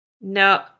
No